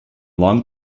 long